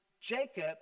Jacob